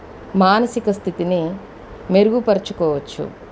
మానసిక స్థితిని మెరుగుపరుచుకోవచ్చు